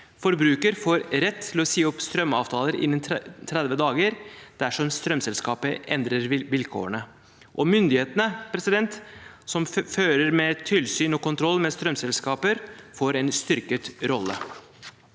Forbruker får rett til å si opp strømavtaler innen 30 dager dersom strømselskapet endrer vilkårene, og myndighetene som fører tilsyn og kontroll med strømselskaper, får en styrket rolle.